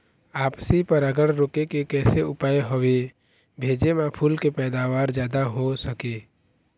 आपसी परागण रोके के कैसे उपाय हवे भेजे मा फूल के पैदावार जादा हों सके?